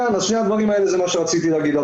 אלה שני הדברים שרציתי לומר.